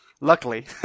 luckily